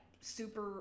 super